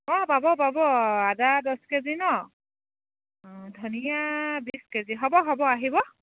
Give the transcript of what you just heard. অঁ পাব পাব আদা দছ কেজি নহ্ অঁ ধনীয়া বিছ কেজি হ'ব হ'ব আহিব